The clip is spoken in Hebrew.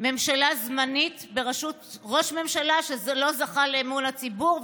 ממשלה זמנית בראשות ראש ממשלה שלא זכה לאמון הציבור,